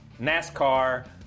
NASCAR